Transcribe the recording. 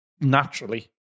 naturally